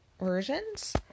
versions